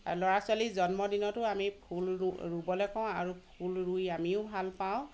আৰু ল'ৰা ছোৱালীৰ জন্মদিনতো আমি ফুল ৰুবলৈ কওঁ আৰু ফুল ৰুই আমিও ভাল পাওঁ